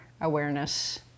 awareness